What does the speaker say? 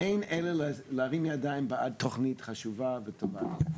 אין אלא להרים ידיים בעד תוכנית חשובה וטובה.